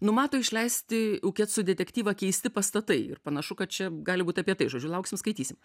numato išleisti ukeco detektyvą keisti pastatai ir panašu kad čia gali būt apie tai žodžiu lauksim skaitysim